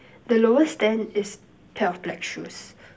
the lowest stand is pair of black shoes